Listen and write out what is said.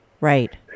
Right